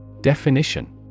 Definition